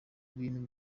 bintu